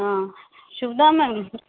हां शुबदा मॅम